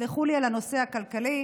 תסלחו לי על הנושא הכלכלי,